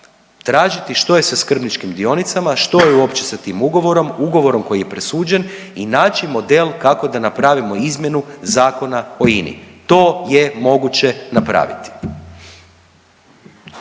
tražiti što je sa skrbničkim dionicama, što je uopće sa tim ugovorom, ugovorom koji je presuđen i naći model kako da napravimo izmjenu Zakona o INI. To je moguće napraviti.